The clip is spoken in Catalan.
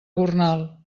gornal